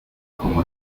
como